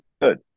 good